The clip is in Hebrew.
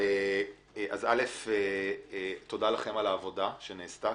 אז תודה לכם על העבודה שנעשתה,